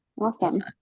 Awesome